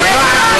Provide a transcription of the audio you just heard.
מה אבו מאזן